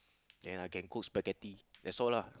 and I can cook spaghetti that's all lah